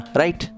right